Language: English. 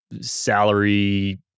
salary